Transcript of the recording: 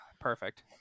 Perfect